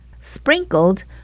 sprinkled